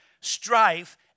strife